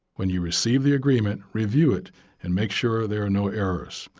when you receive the agreement, review it and make sure there are no errors.